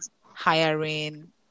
hiring